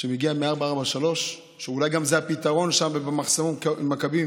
שמגיעה מ-443, ואולי זה הפתרון שם, ובמחסום מכבים